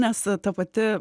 nes ta pati